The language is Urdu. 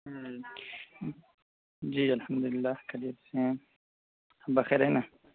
ہوں جی الحمد للہ خیریت سے ہیں بخیر ہیں نا